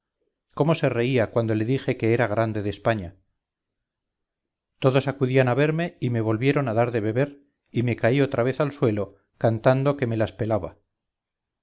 cómo se reía cuando le dije que era grande de españa todosacudían a verme y me volvieron a dar de beber y me caí otra vez al suelo cantando que me las pelaba